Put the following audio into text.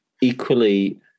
equally